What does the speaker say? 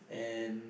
and